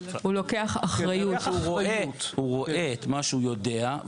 הוא לוקח אחריות, וזה מה שהוא נותן לו.